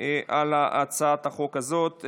את הצעת החוק הזאת.